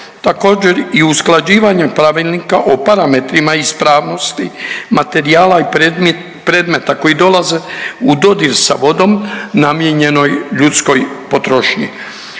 također i usklađivanje Pravilnika o parametrima ispravnosti materijala i predmeta koji dolaze u dodir sa vodom namijenjenoj ljudskoj potrošnji.